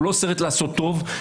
הוא לא סרט לעשות טוב.